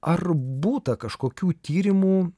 ar būta kažkokių tyrimų